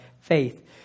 faith